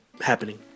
happening